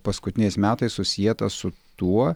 paskutiniais metais susieta su tuo